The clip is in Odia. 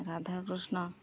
ରାଧାକୃଷ୍ଣ